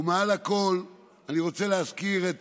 מעל לכול אני רוצה להזכיר את